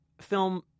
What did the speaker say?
film